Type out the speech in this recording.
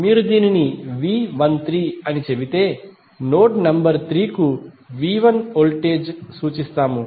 మీరు దీనిని V13అని చెబితే నోడ్ నంబర్ 3 కు V1 వోల్టేజ్ సూచిస్తాము